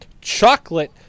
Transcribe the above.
chocolate